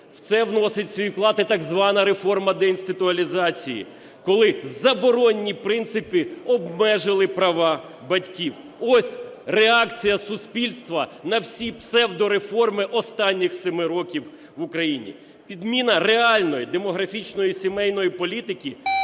В це вносить свій вклад і так звана реформа деінституціалізації, коли заборонні принципи обмежили права батьків. Ось реакція суспільства на всі псевдореформи останніх семи років в Україні. Підміна реальної демографічної сімейної політики